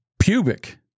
pubic